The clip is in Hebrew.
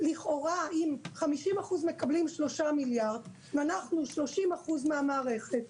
לכאורה אם 50% מקבלים שלושה מיליארד ואנחנו 30% מהמערכת,